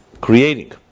creating